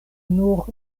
nur